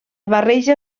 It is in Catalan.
barreja